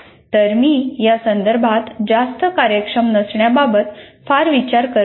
तर मी या संदर्भात जास्त कार्यक्षम नसण्याबाबत फार विचार करत नाही